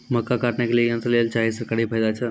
मक्का काटने के लिए यंत्र लेल चाहिए सरकारी फायदा छ?